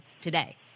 today